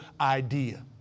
idea